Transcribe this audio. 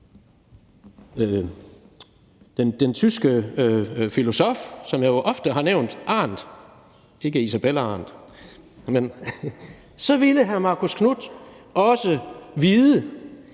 den tyske filosof, som jeg ofte har nævnt, Hannah Arendt – ikke Isabella Arendt – så ville han også vide,